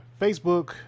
Facebook